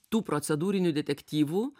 tų procedūrinių detektyvų